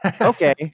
okay